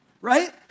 right